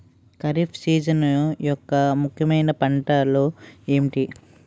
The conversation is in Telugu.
ఖరిఫ్ సీజన్ యెక్క ముఖ్యమైన పంటలు ఏమిటీ?